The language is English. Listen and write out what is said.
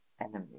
enemy